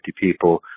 people